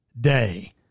day